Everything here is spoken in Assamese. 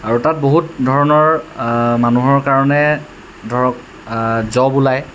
আৰু তাত বহুত ধৰণৰ মানুহৰ কাৰণে ধৰক জ'ব ওলায়